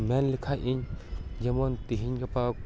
ᱢᱮᱱ ᱞᱮᱠᱷᱟᱡ ᱤᱧ ᱡᱮᱢᱚᱱ ᱛᱤᱦᱤᱧ ᱜᱟᱯᱟ